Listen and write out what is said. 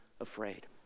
afraid